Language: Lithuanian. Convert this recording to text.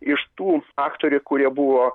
iš tų aktorių kurie buvo